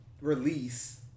release